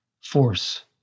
force